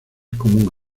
común